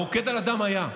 הרוקד על הדם היה,